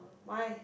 why